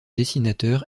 dessinateur